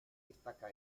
destaca